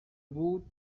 بود